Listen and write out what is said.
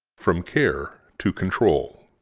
from care to control.